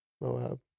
Moab